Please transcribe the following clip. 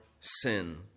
sin